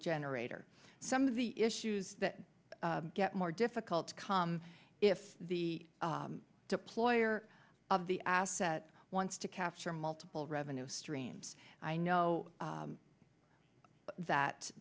generator some of the issues that get more difficult to come if the deployer of the asset wants to capture multiple revenue streams i know that